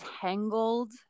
tangled